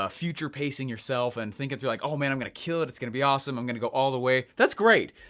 ah future pacing yourself, and think it through, like oh man, i'm gonna kill it, it's gonna be awesome, i'm gonna go all the way. that's great,